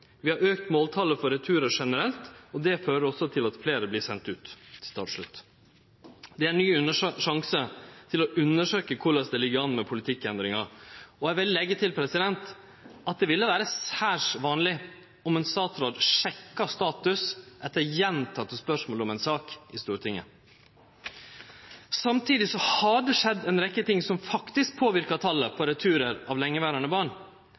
vi ikke gjort. Vi har økt måltallet for returer generelt, og det fører også til at flere blir sendt ut.» Det er ein ny sjanse til å undersøkje korleis det ligg an med politikkendringa, og eg vil leggje til at det ville vere særs vanleg om ein statsråd sjekka status etter gjentekne spørsmål om ei sak i Stortinget. Samtidig har det skjedd ei rekkje ting som faktisk påverkar talet på returar av lengeverande barn.